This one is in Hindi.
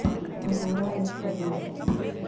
अंगोरा एक खरगोश है